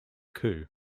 coup